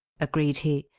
agreed he,